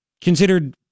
considered